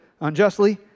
unjustly